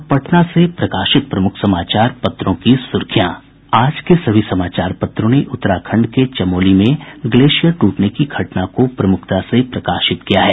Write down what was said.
अब पटना से प्रकाशित प्रमुख समाचार पत्रों की सुर्खियां आज के सभी समाचार पत्रों ने उत्तराखंड के चमोली में ग्लेशियर टूटने की घटना को प्रमुखता से प्रकाशित किया है